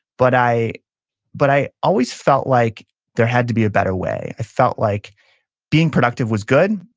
but i but i always felt like there had to be a better way. i felt like being productive was good,